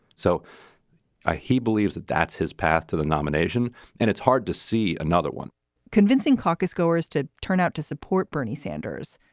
so ah he believes that that's his path to the nomination and it's hard to see another one convincing caucus goers to turn out to support bernie sanders.